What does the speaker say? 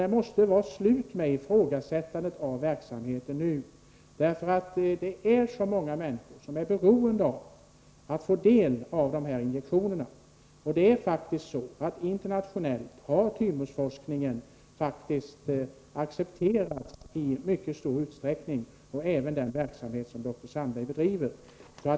Det måste bli slut på ifrågasättandet av verksamheten nu. Det är så många människor som är beroende av att få injektionerna, och det är faktiskt så att thymusforskning internationellt har accepterats i mycket stor utsträckning, liksom den verksamhet som dr Sandberg bedriver.